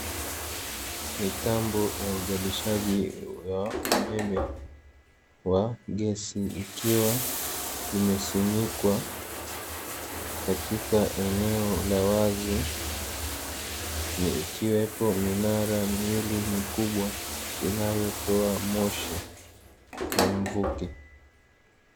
Mitambo ya uzalishaji wa umeme wa gesi, ikiwa imesimikwa katika eneo la wazi ikiwepo minara miwili mikubwa inayotoa moshi na mvuke.